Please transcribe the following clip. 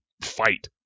fight